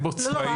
אין בו צבאים,